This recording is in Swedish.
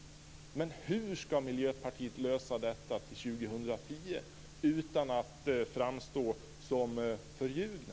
Hur ska Miljöpartiet lösa detta till 2010 utan att framstå som förljugna?